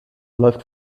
läuft